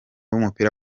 w’umupira